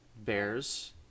Bears